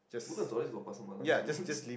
Woodlands always got pasar malam sia